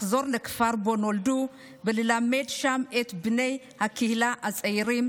לחזור לכפר שבו נולדו וללמד שם את בני הקהילה הצעירים,